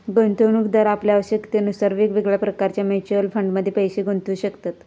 गुंतवणूकदार आपल्या आवश्यकतेनुसार वेगवेगळ्या प्रकारच्या म्युच्युअल फंडमध्ये पैशे गुंतवू शकतत